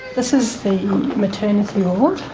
this is the maternity ward.